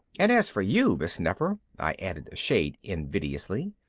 and as for you, miss nefer, i added a shade invidiously,